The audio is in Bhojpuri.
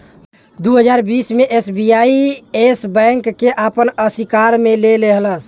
दू हज़ार बीस मे एस.बी.आई येस बैंक के आपन अशिकार मे ले लेहलस